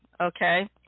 okay